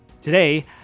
Today